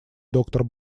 доктор